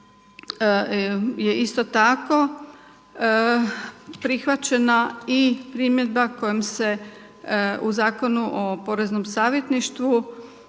je isto tako prihvaćena i primjedba kojom se u Zakonu o poreznom savjetništvu,